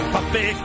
Puppy